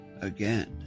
Again